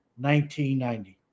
1990